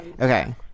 Okay